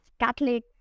Catholic